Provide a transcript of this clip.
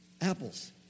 Apples